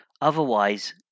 Otherwise